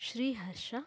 Sriharsha